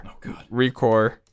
ReCore